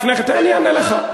תן לי, אני אענה לך.